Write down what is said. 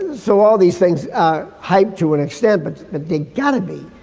so all these things are hyped to an extend. but they got to be.